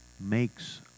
makes